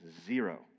zero